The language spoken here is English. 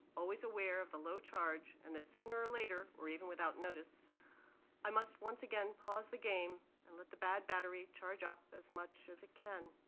always aware of the low charge, and that sooner or later, or even without notice i must once again pause the game and let the bad battery charge up as much as it can.